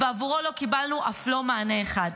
ועבורו לא קיבלנו אף לא מענה אחד.